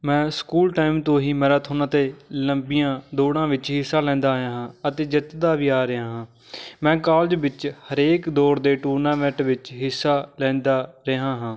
ਮੈਂ school time ਤੋਂ ਹੀ ਮੈਰਾਥੋਨ ਅਤੇ ਲੰਬੀਆਂ ਦੋੜਾਂ ਵਿੱਚ ਹਿੱਸਾ ਲੈਂਦਾ ਆਇਆ ਹਾਂ ਅਤੇ ਜਿੱਤਦਾ ਵੀ ਆ ਰਿਹਾ ਹਾਂ ਮੈਂ ਕੋਲਜ ਵਿੱਚ ਹਰੇਕ ਦੌੜ ਦੇ ਟੂਰਨਾਮੈਂਟ ਵਿੱਚ ਹਿੱਸਾ ਲੈਂਦਾ ਰਿਹਾ ਹਾਂ